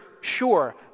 sure